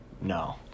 No